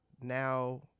now